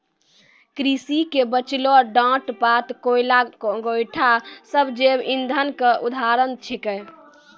कृषि के बचलो डांट पात, कोयला, गोयठा सब जैव इंधन के उदाहरण छेकै